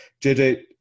JJ